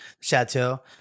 Chateau